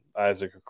Isaac